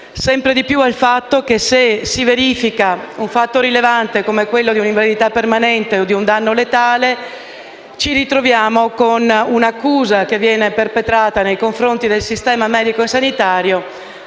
sempre di più alla possibilità che, se si verifica un fatto rilevante come quello di una invalidità permanente o di un danno letale, ci ritroviamo con un'accusa perpetrata nei confronti del sistemo medico e sanitario,